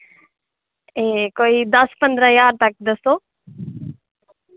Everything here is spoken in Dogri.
एह् कोई दस पंदरां ज्हार तक दस्सो